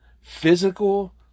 physical